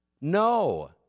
No